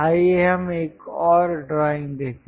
आइए हम एक और ड्राइंग देखें